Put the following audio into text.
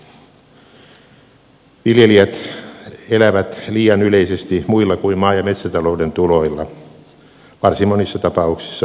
viljelijät elävät liian yleisesti muilla kuin maa ja metsätalouden tuloilla varsin monissa tapauksissa palkkatuloilla